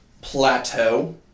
plateau